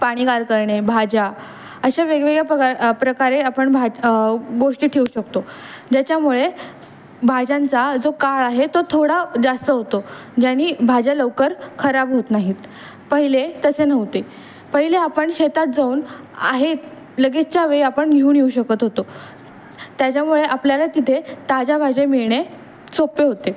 पाणीकार करणे भाज्या अशा वेगवेगळ्या प्रकार प्रकारे आपण भाष्टी ठेवू शकतो ज्याच्यामुळे भाज्यांचा जो काळ आहे तो थोडा जास्त होतो ज्यांनी भाज्या लवकर खराब होत नाहीत पहिले तसे नव्हते पहिले आपण शेतात जाऊन आहे लगेचच्या वेळी आपण घेऊन येऊ शकत होतो त्याच्यामुळे आपल्याला तिथे ताज्या भाज्या मिळणे सोपे होते